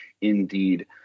indeed